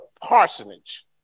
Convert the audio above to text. parsonage